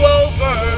over